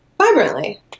vibrantly